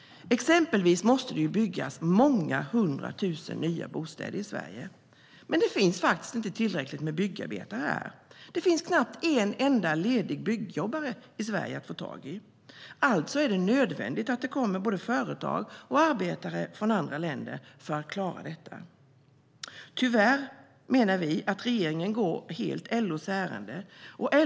Exempelvis måste det ju byggas många hundratusen nya bostäder i Sverige, men det finns faktiskt inte tillräckligt med byggarbetare här. Det finns knappt en enda ledig byggjobbare att få tag på i Sverige. Alltså är det nödvändigt att det kommer både företag och arbetare från andra länder för att vi ska klara detta. Tyvärr, menar vi, går regeringen helt LO:s ärenden.